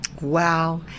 Wow